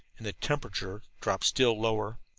and the temperature dropped still lower.